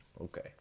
Okay